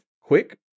quick